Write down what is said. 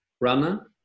runner